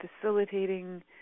facilitating